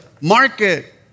market